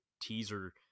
teaser